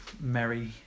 merry